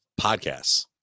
podcasts